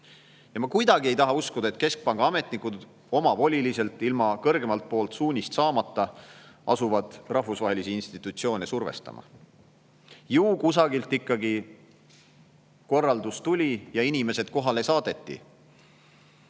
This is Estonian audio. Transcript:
Ma kuidagi ei taha uskuda, et keskpanga ametnikud omavoliliselt, ilma kõrgemalt poolt suunist saamata asuvad rahvusvahelisi institutsioone survestama. Ju kusagilt ikkagi korraldus tuli ja inimesed kohale saadeti. Ja